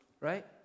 right